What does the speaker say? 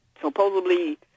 supposedly